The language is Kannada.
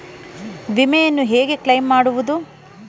ವಿಮೆಯನ್ನು ಹೇಗೆ ಕ್ಲೈಮ್ ಮಾಡುವುದು?